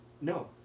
No